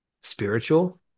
spiritual